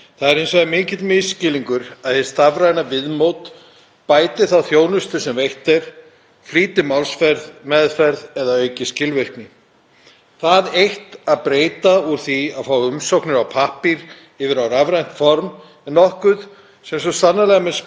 Það eitt að breyta úr því að fá umsóknir á pappír yfir á rafrænt form er nokkuð sem svo sannarlega mun spara einhver tré en meðhöndlun umsóknanna sjálfra mun í flestum tilvikum taka sama tíma og áður ef ekkert í innri vinnslu stofnunarinnar breytist.